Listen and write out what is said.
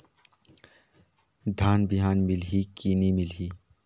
धान बिहान मिलही की नी मिलही?